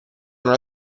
una